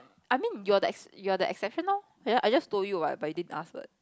I mean you are that you are that exception lor I just told you but you didn't ask what